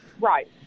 Right